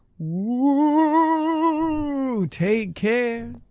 woooooooooh! take care.